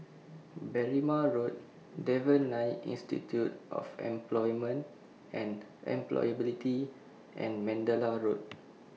Berrima Road Devan Nair Institute of Employment and Employability and Mandalay Road